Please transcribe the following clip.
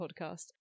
podcast